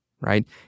right